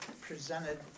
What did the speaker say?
presented